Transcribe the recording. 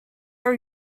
are